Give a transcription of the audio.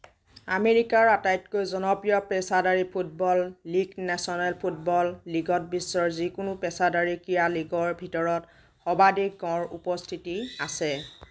আমেৰিকাৰ আটাইতকৈ জনপ্ৰিয় পেছাদাৰী ফুটবল লীগ নেচেনেল ফুটবল লীগত বিশ্বৰ যিকোনো পেছাদাৰী ক্ৰীড়া লীগৰ ভিতৰত সৰ্বাধিক গড় উপস্থিতি আছে